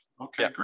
Okay